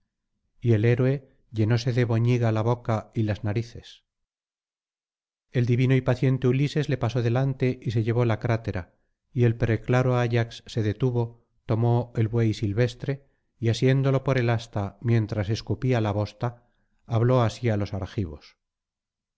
y el héroe llenóse de boñiga la boca y las narices el divino y paciente ulises le pasó delante y se llevó la crátera y el preclaro ayax se detuvo tomó el buey silvestre y asiéndolo por el asta mientras escupía la bosta habló así á los argivos